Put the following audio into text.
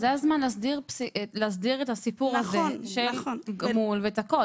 זה הזמן להסדיר את הסיפור הזה של גמול ושל הכול.